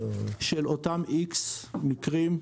של אותם X מקרים,